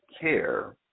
care